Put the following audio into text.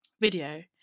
video